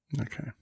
Okay